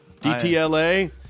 DTLA